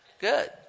Good